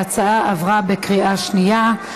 ההצעה עברה בקריאה שנייה.